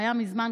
שהיה מזמן,